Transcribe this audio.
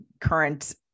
current